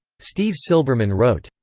steve silberman wrote,